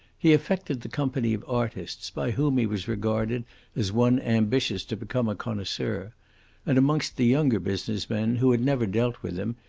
he affected the company of artists, by whom he was regarded as one ambitious to become a connoisseur and amongst the younger business men, who had never dealt with him,